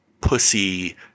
pussy